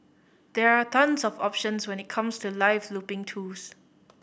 there are tons of options when it comes to live looping tools